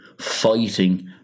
fighting